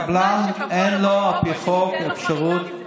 שקבוע לו בחוק או שתיתן לו חריגה מזה?